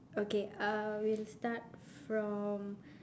okay uh we'll start from